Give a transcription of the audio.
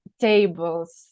tables